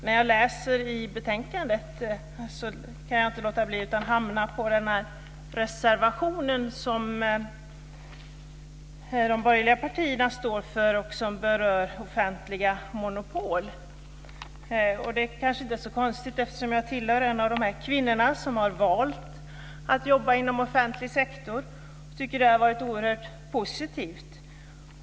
När jag läser i betänkandet kan jag inte låta bli att hamna på den här reservationen som de borgerliga partierna står för som berör offentliga monopol. Det kanske inte är så konstigt eftersom jag tillhör de kvinnor som har valt att jobba inom offentlig sektor. Jag tycker att det har varit oerhört positivt.